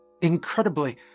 Incredibly